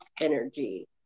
energy